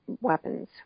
weapons